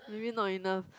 maybe not enough